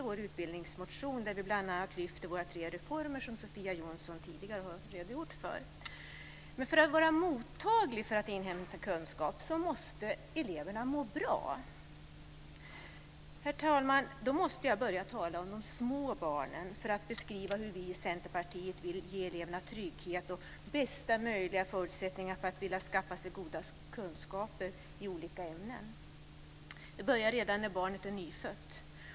Där lyfter vi bl.a. fram våra tre reformer som Sofia Jonsson tidigare redogjort för. För att vara mottaglig för inhämtande av kunskap måste eleverna må bra. Jag måste, herr talman, börja med att tala om de små barnen när jag beskriver hur vi i Centerpartiet vill ge eleverna trygghet och bästa möjliga förutsättningar för att vilja skaffa sig goda kunskaper i olika ämnen. Det hela börjar redan när barnet är nyfött.